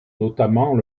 notamment